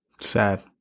Sad